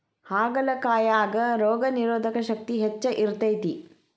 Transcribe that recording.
ಹಾಗಲಕಾಯಾಗ ರೋಗನಿರೋಧಕ ಶಕ್ತಿ ಹೆಚ್ಚ ಇರ್ತೈತಿ